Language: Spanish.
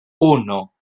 uno